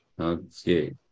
Okay